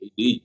AD